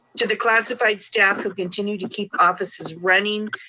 to the classified staff who continue to keep offices running,